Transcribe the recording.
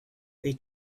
they